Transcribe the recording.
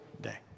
day